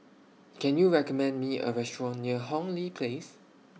Can YOU recommend Me A Restaurant near Hong Lee Place